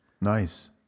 Nice